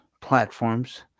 platforms